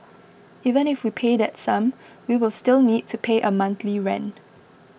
even if we pay that sum we will still need to pay a monthly rent